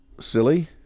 silly